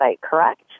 correct